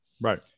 Right